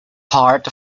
part